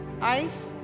Ice